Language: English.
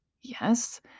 yes